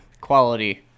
Quality